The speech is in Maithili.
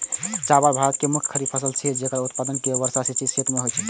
चावल भारत के मुख्य खरीफ फसल छियै, जेकर उत्पादन वर्षा सिंचित क्षेत्र मे होइ छै